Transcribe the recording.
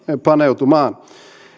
paneutumaan